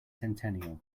centennial